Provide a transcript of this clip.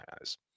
eyes